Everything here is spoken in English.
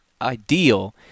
ideal